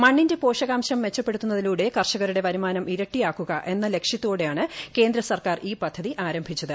മണ്ണിന്റെ പോഷകാംശം മെച്ചപ്പെടുത്തുന്നതിലൂടെ കർഷകരുടെ വരുമാനം ഇരട്ടിയാക്കുക എന്ന ലക്ഷ്യത്തോടെയാണ് കേന്ദ്ര സർക്കാർ ഈ പദ്ധതി ആരംഭിച്ചത്